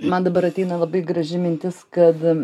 man dabar nelabai graži mintis kad